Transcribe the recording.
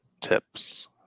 tips